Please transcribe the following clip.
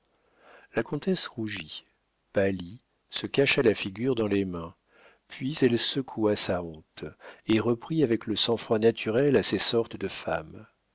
la comtesse rougit pâlit se cacha la figure dans les mains puis elle secoua sa honte et reprit avec le sang-froid naturel à ces sortes de femmes